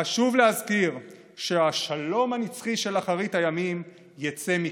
חשוב להזכיר שהשלום הנצחי של אחרית הימים יצא מכאן,